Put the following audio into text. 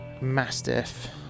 Mastiff